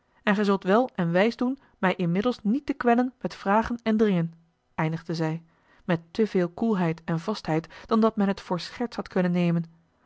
en gij zult wel en wijs doen mij inmiddels niet te kwellen met vragen en dringen eindigde zij met te veel koelheid en vastheid dan dat men het voor scherts had kunnen nemen